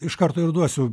iš karto išduosiu